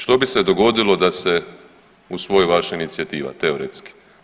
Što bi se dogodilo da se usvoji vaša inicijativa teoretski?